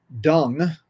dung